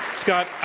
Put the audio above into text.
scott,